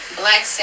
black